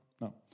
No